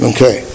Okay